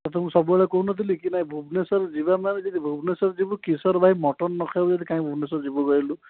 ତୋତେ ମୁଁ ସବୁବେଳେ କହୁନଥିଲି କି ନାଇଁ ଭୁବନେଶ୍ୱରରେ ଯିବା ପାଇଁ ଯଦି ଭୁବନେଶ୍ୱର ଯିବୁ କିଶୋର ଭାଇ ମଟନ୍ ନ ଖାଇବୁ ଯଦି କାଇଁ ଭୁବନେଶ୍ୱର ଯିବୁ କହିଲୁ